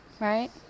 Right